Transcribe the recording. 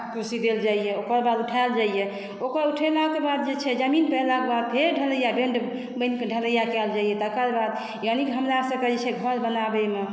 कुर्सी देल जाइया ओकर बाद उठायल जाइया ओकर उठेलाके बाद जे छै जमीन पर अयलाक बाद फेरि ढलैया बैण्ड बनिक ढलैया कयल जाइया तेकर बाद यानि की हमरा सभके जे छै से घर बनाबैमे